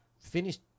finished